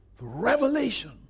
revelation